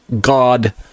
God